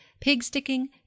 pig-sticking